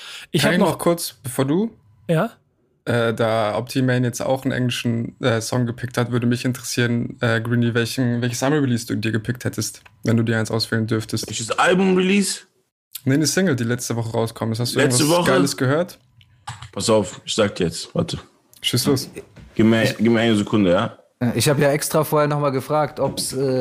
Ich Kann hab ich noch- noch kurz, bevor du- Ja? Äh, da Optimane jetzt auch einen englischen, äh, Song gepickt hat, würde mich interessieren, äh, Greenie, welchen- welches Summer-Release du dir gepickt hättest, wenn du dir eins auswählen dürftest. Welches Album-Release? Nee, eine Single, die letzte Woche rauskommt. Hast du Letzte irgendwas Woche? Geiles gehört? Pass auf, ich sag dir jetzt, warte. Schieß los. Ich- ich- gib mir- Ich- gib mir eine Sekunde, ja? Ich hab ja extra vorher noch mal gefragt, ob's, äh,